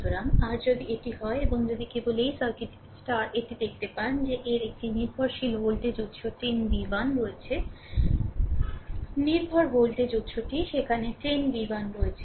সুতরাং আর যদি এটি হয় এবং যদি কেবল এই সার্কিটটিতে এটি দেখতে পান যে এর একটি নির্ভরশীল ভোল্টেজ উত্স 10 v1 রয়েছে নির্ভর ভোল্টেজ উত্সটি সেখানে 10 v1 রয়েছে